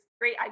great